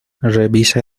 revisa